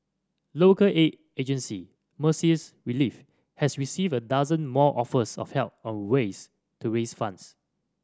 local aid agency Mercy's Relief has received a dozen more offers of help on ways to raise funds